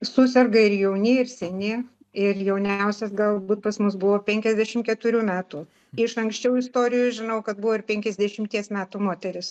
suserga ir jauni ir seni ir jauniausias galbūt pas mus buvo penkiasdešim keturių metų iš anksčiau istorijų žinau kad buvo ir penkiasdešimties metų moteris